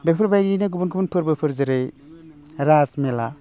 बेफोरबायदिनो गुबुन गुबुन फोरबोफोर जेरै राज मेला